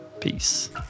Peace